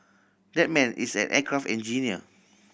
that man is an aircraft engineer